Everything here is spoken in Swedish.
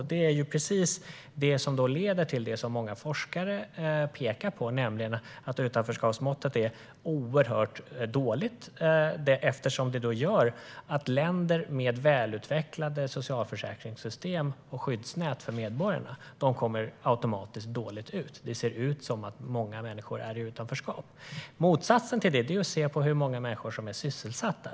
Det är precis det som leder till det som många forskare pekar på, nämligen att utanförskapsmåttet är oerhört dåligt. Det innebär att länder med välutvecklade socialförsäkringssystem och skyddsnät för medborgarna kommer automatiskt dåligt ut eftersom det ser ut som att många människor där är i utanförskap. Motsatsen är att se på hur många människor som är sysselsatta.